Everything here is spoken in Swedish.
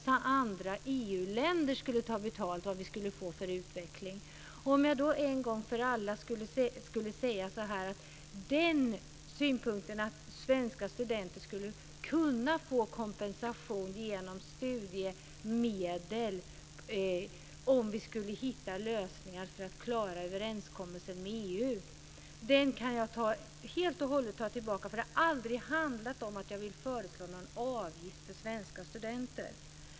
Det handlade om vilken utveckling vi skulle få då. Låt mig en gång för alla säga så här: Den synpunkten att svenska studenter skulle kunna få kompensation genom studiemedel om vi skulle hitta lösningar för att klara överenskommelsen med EU kan jag helt och hållet ta tillbaka. Det har aldrig handlat om att jag vill föreslå någon avgift för svenska studenter.